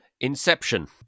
inception